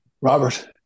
Robert